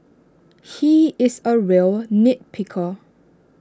he is A real nit picker